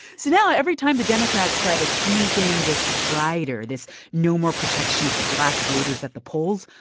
so now, every time the democrats try to sneak in this rider this no more protection for black voters at the polls,